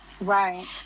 Right